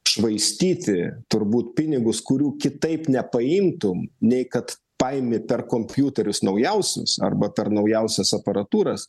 švaistyti turbūt pinigus kurių kitaip nepaimtum nei kad paėmė per kompiuterius naujausius arba per naujausias aparatūras